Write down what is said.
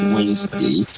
Wednesday